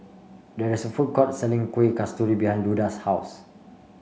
there is a food court selling Kuih Kasturi behind Luda's house